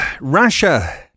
Russia